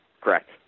correct